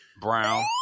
Brown